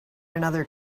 another